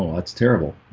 um that's terrible.